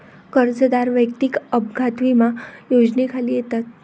कर्जदार वैयक्तिक अपघात विमा योजनेखाली येतात